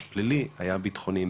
שהפלילי היה בטחוני.